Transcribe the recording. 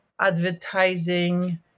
advertising